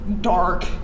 dark